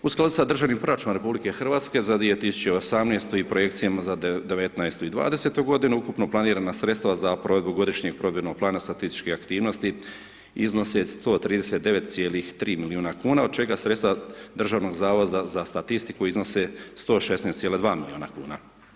U skladu sa državnim proračunom RH za 2018. i projekcijama za 2019. i 2020. godinu ukupno planirana sredstva za provedbu godišnjeg provedbenog plana statističkih aktivnosti iznose 139,3 milijuna kuna od čega sredstva Državnog zavoda za statistiku iznose 116,2 milijuna kuna.